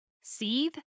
seethe